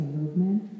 movement